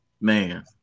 Man